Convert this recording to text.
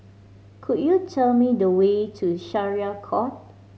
could you tell me the way to Syariah Court